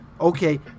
okay